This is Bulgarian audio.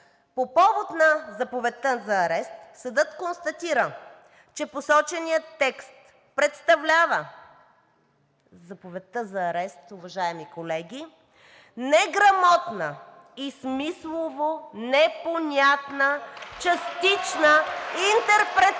По повод на заповедта за арест съдът констатира, че посоченият текст представлява – заповедта за арест, уважаеми колеги – неграмотна и смислово непонятна, частична интерпретация